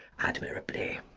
admirably!